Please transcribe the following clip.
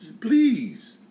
Please